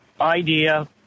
idea